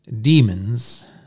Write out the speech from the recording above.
demons